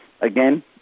again